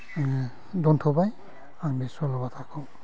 आङो दोनथ'बाय आंनि सल' बाथाखौ